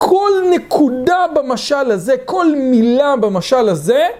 כל נקודה במשל הזה, כל מילה במשל הזה.